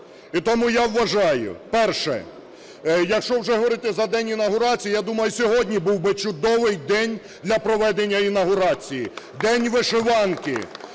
І тому я вважаю, перше, якщо вже говорити за день інавгурації, я думаю, сьогодні був би чудовий день для проведення інавгурації: День вишиванки,